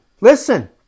Listen